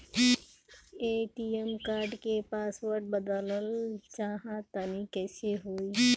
ATM card क password बदलल चाहा तानि कइसे होई?